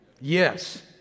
Yes